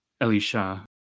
Elisha